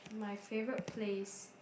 my favourite place